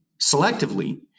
selectively